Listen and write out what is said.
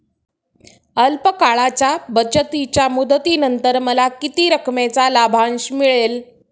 अल्प काळाच्या बचतीच्या मुदतीनंतर मला किती रकमेचा लाभांश मिळेल?